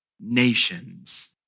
nations